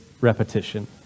repetition